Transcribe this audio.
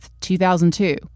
2002